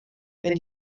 wenn